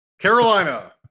Carolina